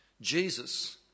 Jesus